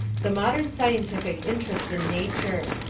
the modern scientific interest in nature.